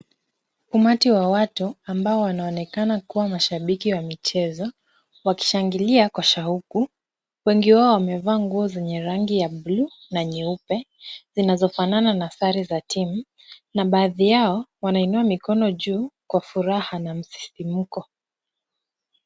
Umati wa watu ambao wanaonekana kuwa mashabiki wa michezo wakishangilia kwa shauku. Wengi wao wamevaa nguo za rangi ya buluu na nyeupe zinazofanana na sare za team na baadhi yao wanainua mikono juu kwa furaha na msisimko.